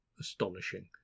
astonishing